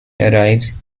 arrives